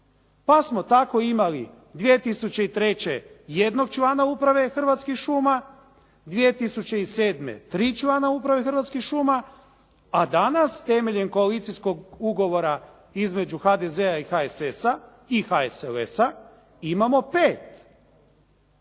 Pa smo tako imali 2003. jednog člana Uprave Hrvatskih šuma, 2007. tri člana Uprave Hrvatskih šuma a danas temeljem koalicijskog ugovora između HDZ-a i HSS-a, i HSLS-a imamo pet.